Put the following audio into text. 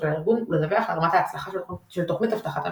הארגון ולדווח על רמת ההצלחה של תוכנית אבטחת המידע.